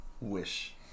wish